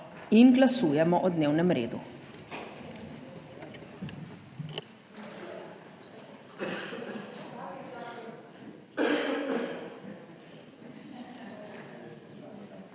Glasujemo o dnevnem redu.